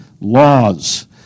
laws